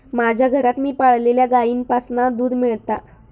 माज्या घरात मी पाळलल्या गाईंपासना दूध मेळता